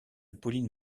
pauline